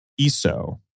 ESO